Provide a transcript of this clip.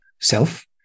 self